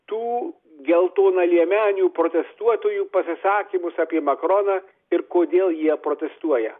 tų geltonaliemenių protestuotojų pasisakymus apie makroną ir kodėl jie protestuoja